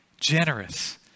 generous